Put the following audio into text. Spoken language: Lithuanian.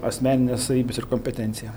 asmenines savybes ir kompetenciją